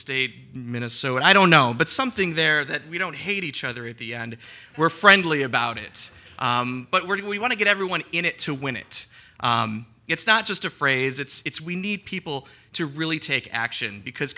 state minnesota i don't know but something there that we don't hate each other at the end we're friendly about it but do we want to get everyone in it to win it it's not just a phrase it's we need people to really take action because